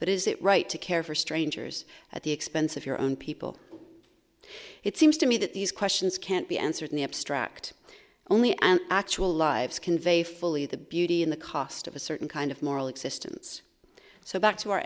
but is it right to care for strangers at the expense of your own people it seems to me that these questions can't be answered in the abstract only and actual lives convey fully the beauty and the cost of a certain kind of moral existence so back to our